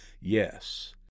Yes